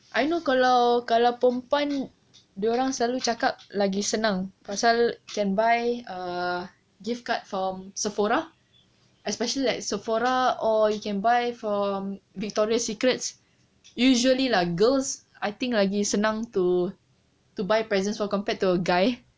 I know kalau kalau perempuan dia orang selalu cakap lagi senang pasal can buy err gift card from sephora especially like sephora or you can buy from victoria secrets usually lah girls I think lagi senang to to buy presents for compared to a guy